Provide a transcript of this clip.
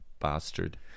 bastard